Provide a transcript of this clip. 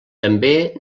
també